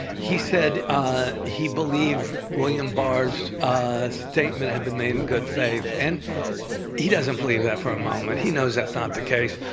he said ah he believed william barr's ah statement had been made in good faith. and he doesn't believe that for a moment. he knows that's not the case,